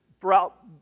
throughout